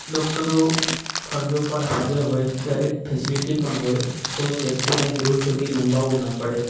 ડૉક્ટરો ફરજ ઉપર હાજર હોય દરેક ફેસેલિટી પણ હોય તો વ્યક્તિને દૂર સુધી લંબાવવું ન પડે